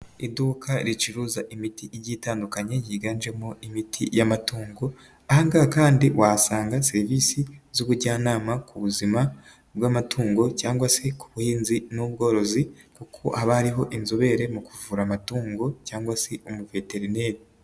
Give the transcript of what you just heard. Iduka ricuruza imiti igi itandukanye yiganjemo imiti y'amatungo, ahaga kandi wasanga serivisi z'ubujyanama ku buzima bw'amatungo, cyangwa se ku buhinzi n'ubworozi kuko abariho inzobere mu kuvura amatungo cyangwa se umuveterineri.